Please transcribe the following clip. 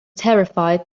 terrified